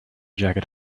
jacket